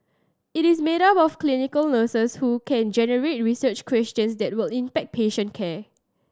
it is made up of clinical nurses who can generate research questions that will impact patient care